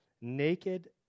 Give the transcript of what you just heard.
Naked